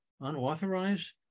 unauthorized